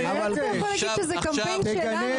איזה קמפיין?